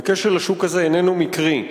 וכשל השוק הזה איננו מקרי.